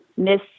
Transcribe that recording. Miss